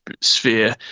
sphere